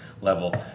level